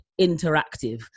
interactive